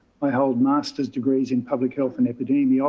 i hold master's degrees in public health and epidemiology